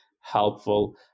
helpful